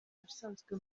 ubusanzwe